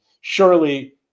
surely